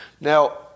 Now